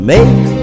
Make